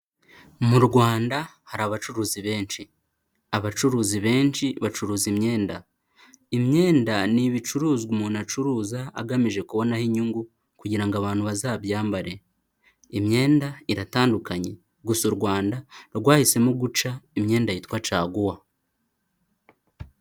Mu Rwanda hari abacuruzi benshi, abacuruzi benshi bacuruza imyenda, imyenda ni ibicuruzwa umuntu acuruza agamije kubonaho inyungu kugira abantu bazabyambare, imyenda iratandukanye gusa u Rwanda rwahisemo guca imyenda yitwa caguwa.